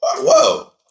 Whoa